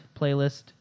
playlist